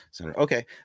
Okay